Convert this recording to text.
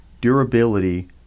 durability